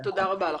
תודה רבה.